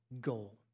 goal